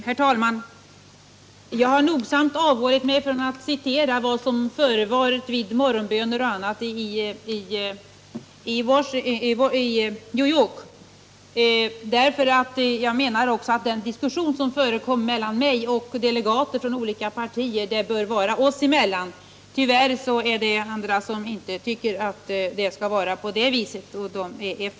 Herr talman! Jag har nogsamt avhållit mig från att citera vad som förevarit vid s.k. morgonböner och annat i New York. Den diskussion som förekommit mellan mig och delegater från olika partier bör stanna oss emellan. Tyvärr finns det andra som tycker att det inte skall vara på det viset.